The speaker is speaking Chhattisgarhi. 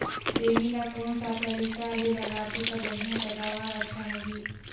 सेमी ला कोन सा तरीका ले लगाबो ता बढ़िया पैदावार अच्छा होही?